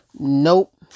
Nope